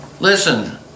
Listen